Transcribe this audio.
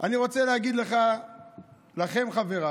אני רוצה להגיד לך, לכם, חבריי: